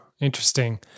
interesting